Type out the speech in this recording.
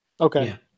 okay